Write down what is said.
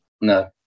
no